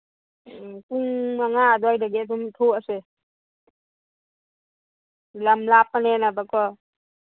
ꯎꯝ ꯄꯨꯡ ꯃꯉꯥ ꯑꯗ꯭ꯋꯥꯏꯗꯒꯤ ꯑꯗꯨꯝ ꯊꯣꯛꯑꯁꯦ ꯂꯝ ꯂꯥꯞꯄꯅꯤꯅꯕꯀꯣ